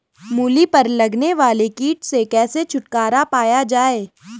मूली पर लगने वाले कीट से कैसे छुटकारा पाया जाये?